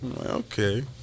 Okay